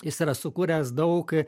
jis yra sukūręs daug